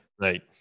right